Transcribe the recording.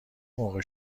موقع